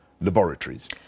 laboratories